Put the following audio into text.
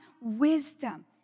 wisdom